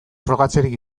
frogatzerik